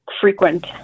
frequent